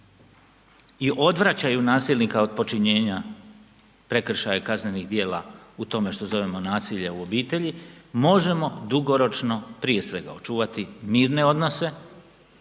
i odvraćaju nasilnika od počinjenja prekršaja kaznenih djela u tome što zovemo nasilje u obitelji, možemo dugoročno prije svega očuvati mirne odnose,